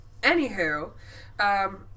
Anywho